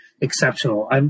exceptional